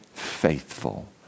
faithful